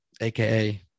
aka